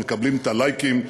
מקבלים את הלייקים.